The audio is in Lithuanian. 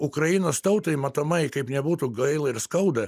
ukrainos tautai matomai kaip nebūtų gaila ir skauda